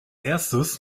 erstes